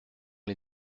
les